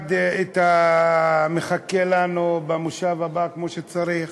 נלמד מה שמחכה לנו במושב הבא כמו שצריך.